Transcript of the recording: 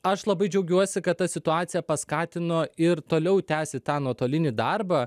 aš labai džiaugiuosi kad ta situacija paskatino ir toliau tęsti tą nuotolinį darbą